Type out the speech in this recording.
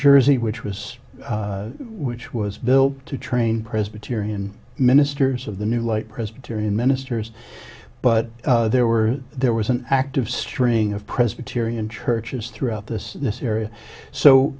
jersey which was which was built to train presbyterian ministers of the new light presbyterian ministers but there were there was an active string of presbyterian churches throughout this area so